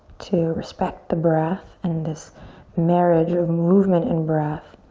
to respect the breath and this marriage of movement and breath.